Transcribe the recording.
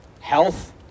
health